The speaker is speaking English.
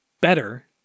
better